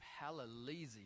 hallelujah